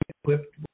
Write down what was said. equipped